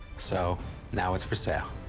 so now it's for sale.